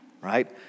right